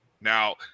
Now